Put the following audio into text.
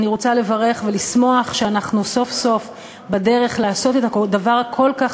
אני רוצה לברך ולשמוח שאנחנו סוף-סוף בדרך לעשות את הדבר הכל-כך